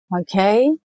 Okay